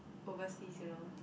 overseas you know